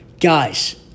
Guys